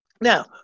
Now